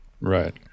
Right